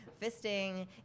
fisting